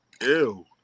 ew